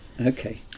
okay